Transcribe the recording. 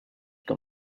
com